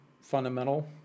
fundamental